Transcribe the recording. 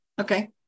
okay